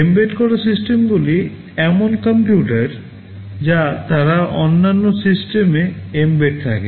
embed করা সিস্টেমগুলি এমন কম্পিউটার যা তারা অন্যান্য সিস্টেমে এম্বেড থাকে